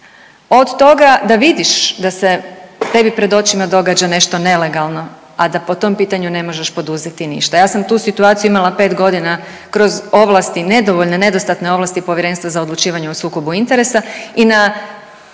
od toga da vidiš da se tebi pred očima događa nešto nelegalno, a da po tom pitanju ne možeš poduzeti ništa. Ja sam tu situaciju imala 5 godina kroz ovlasti nedovoljne, nedostatne ovlasti Povjerenstva za odlučivanje o sukobu interesa i na